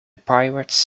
pirates